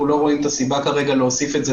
אנחנו לא רואים את הסיבה להוסיף את זה